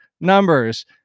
numbers